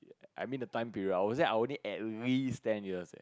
I mean the time period I would say I will need at least ten years leh